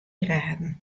graden